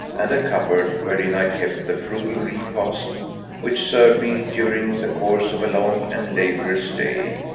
and a cupboard wherein i kept the frugal repast which served me during the course of a long and laborious day.